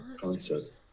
concept